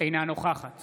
אינה נוכחת